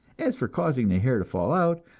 as for causing the hair to fall out,